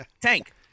Tank